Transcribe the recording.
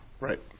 Right